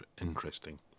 interesting